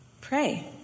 Pray